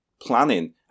planning